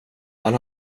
han